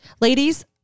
Ladies